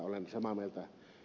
olen samaa mieltä ed